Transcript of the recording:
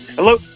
Hello